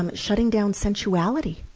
um shutting down sensuality.